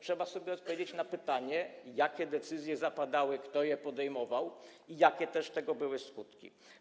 Trzeba sobie odpowiedzieć na pytanie, jakie decyzje zapadały, kto jest podejmował i jakie były tego skutki.